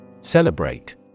Celebrate